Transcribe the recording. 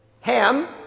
Ham